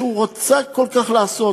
שרצה כל כך לעשות,